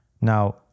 Now